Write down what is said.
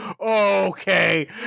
Okay